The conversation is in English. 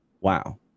wow